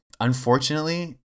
unfortunately